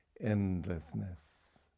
Endlessness